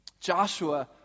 Joshua